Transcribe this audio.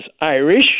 Irish